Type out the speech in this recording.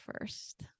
first